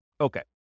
Okay